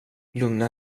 lugna